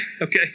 okay